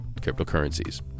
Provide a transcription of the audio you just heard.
cryptocurrencies